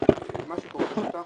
לפי מה שקורה בשטח,